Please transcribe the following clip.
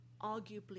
arguably